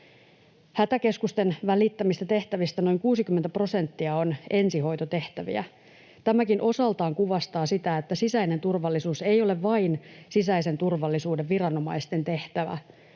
Hätäkeskusten välittämistä tehtävistä noin 60 prosenttia on ensihoitotehtäviä. Tämäkin osaltaan kuvastaa sitä, että sisäinen turvallisuus ei ole vain sisäisen turvallisuuden viranomaisten tehtävä